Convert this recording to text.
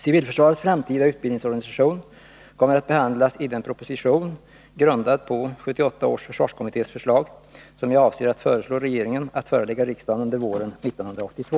Civilförsvarets framtida utbildningsorganisation kommer att behandlas i den proposition grundad på 1978 års försvarskommittés förslag som jag avser att föreslå regeringen att förelägga riksdagen under våren 1982.